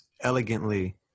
Elegantly